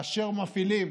כאשר מפעילים